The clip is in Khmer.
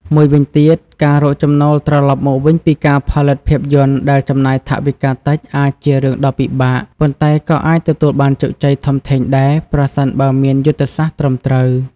មួយវិញទៀត ការរកចំណូលត្រឡប់មកវិញពីការផលិតភាពយន្តដែលចំណាយថវិកាតិចអាចជារឿងដ៏ពិបាក ប៉ុន្តែក៏អាចទទួលបានជោគជ័យធំធេងដែរ ប្រសិនបើមានយុទ្ធសាស្ត្រត្រឹមត្រូវ។